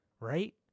right